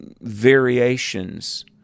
variations